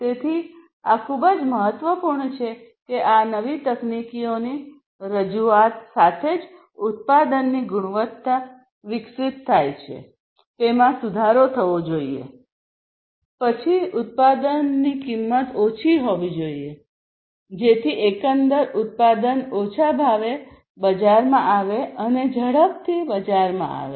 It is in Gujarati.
તેથી આ ખૂબ જ મહત્વપૂર્ણ છે કે આ નવી તકનીકીઓની રજૂઆત સાથે જે ઉત્પાદનની ગુણવત્તા વિકસિત થાય છે તેમાં સુધારો થવો જોઈએ પછી ઉત્પાદનની કિંમત ઓછી હોવી જોઈએ જેથી એકંદર ઉત્પાદન ઓછા ભાવે બજારમાં આવે અને ઝડપથી બજારમાં આવે